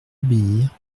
obéir